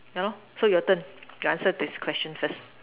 you know so your turn you answer this question first